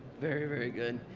very very good.